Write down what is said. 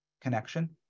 connection